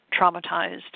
traumatized